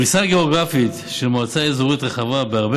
פריסה גיאוגרפית של מועצה אזורית רחבה בהרבה